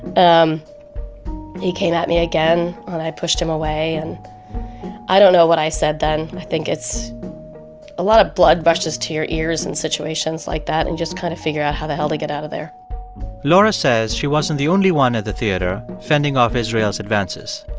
um he came at me again, and i pushed him away. and i don't know what i said then. i think it's a lot of blood rushes to your ears in situations like that, and you just kind of figure out how the hell to get out of there laura says she wasn't the only one at the theater fending off israel's advances,